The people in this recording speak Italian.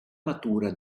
matura